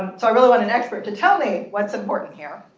so i really want an expert to tell me what's important here.